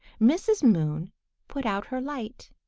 mrs. moon put out her light.